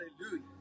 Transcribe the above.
Hallelujah